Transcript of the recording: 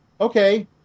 Okay